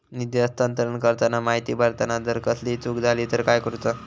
निधी हस्तांतरण करताना माहिती भरताना जर कसलीय चूक जाली तर काय करूचा?